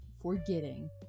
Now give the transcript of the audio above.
forgetting